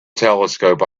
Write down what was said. telescope